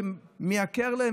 שמייקר להם,